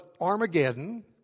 Armageddon